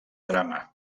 drama